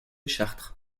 chartres